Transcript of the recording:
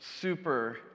super